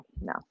no